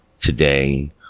Today